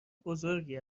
بزرگی